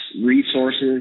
resources